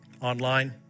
Online